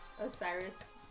Osiris